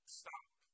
stop